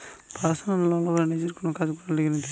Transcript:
personal loan লোকরা নিজের কোন কাজ করবার লিগে নিতেছে